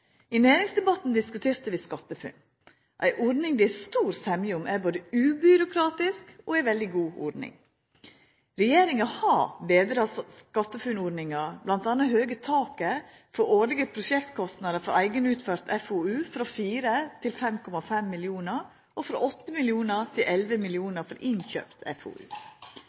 I næringsdebatten diskuterte vi SkatteFUNN, ei ordning det er stor semje om er både ubyråkratisk og ei veldig god ordning. Regjeringa har betra SkatteFUNN-ordninga, m.a. heva taka for årlege prosjektkostnader for eigenutført FoU frå 4 mill. kr til 5,5 mill. kr, og frå 8 mill. kr til 11 mill. kr for innkjøpt FoU. Regelverket er